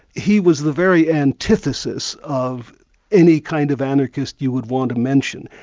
he was the very antithesis of any kind of anarchist you would want to mention.